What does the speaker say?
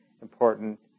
important